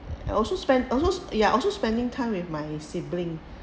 I also spent also ya also spending time with my sibling